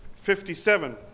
57